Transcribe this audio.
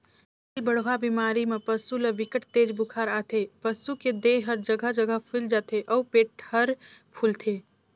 पिलबढ़वा बेमारी म पसू ल बिकट तेज बुखार आथे, पसू के देह हर जघा जघा फुईल जाथे अउ पेट हर फूलथे